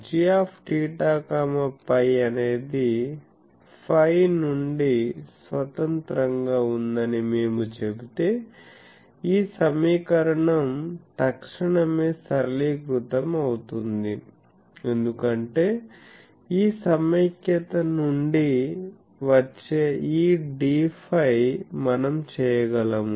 gθ φ అనేది φ నుండి స్వతంత్రంగా ఉందని మేము చెబితే ఈ సమీకరణం తక్షణమే సరళీకృతం అవుతుంది ఎందుకంటే ఈ సమైక్యత నుండి వచ్చే ఈ dφ మనం చేయగలము